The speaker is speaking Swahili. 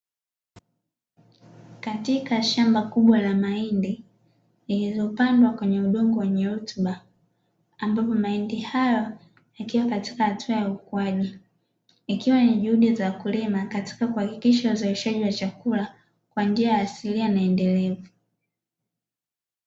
Katika shamba kubwa la mahindi, lilizopandwa kwenye udongo wenye rutuba, ambapo mahindi hayo yakiwa katika hatua ya ukuaji, ikiwa ni juhudi za wakulima katika kuhakikisha uzalishaji wa chakula kwa njia ya asilia na endelevu.